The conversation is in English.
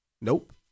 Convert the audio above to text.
Nope